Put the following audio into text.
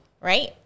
Right